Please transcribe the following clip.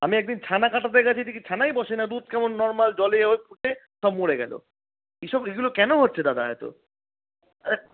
আমি একদিন ছানা কাটাতে গেছি দেখি ছানাই বসে না দুধ কেমন নর্মাল জলে এ হয়ে সব মরে গেলো এইসব এগুলো কেন হচ্ছে দাদা এতো আরে